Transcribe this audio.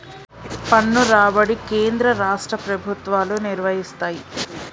పన్ను రాబడి కేంద్ర రాష్ట్ర ప్రభుత్వాలు నిర్వయిస్తయ్